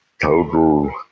total